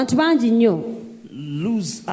lose